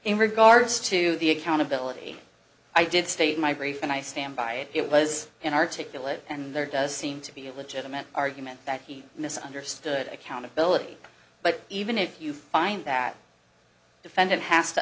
in regards to the accountability i did state my brief and i stand by it it was an articulate and there does seem to be a legitimate argument that he misunderstood accountability but even if you find that the defendant has to